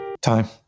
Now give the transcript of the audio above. Time